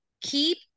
keep